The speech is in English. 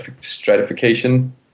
stratification